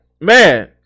Man